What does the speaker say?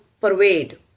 pervade